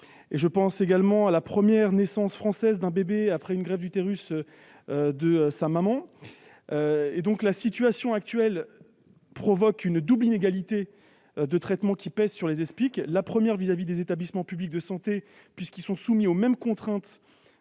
un an ou encore la première naissance française d'un bébé après une greffe d'utérus de sa mère. La situation actuelle provoque une double inégalité de traitement, qui pèse sur les Espic : inégalité avec les établissements publics de santé, d'abord, puisqu'ils sont soumis aux mêmes contraintes